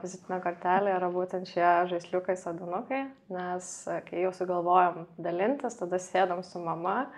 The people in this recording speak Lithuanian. vizitinė kortelė yra būtent šie žaisliukai sodinukai nes kai jau sugalvojam dalintis tada sėdam su mama